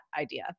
idea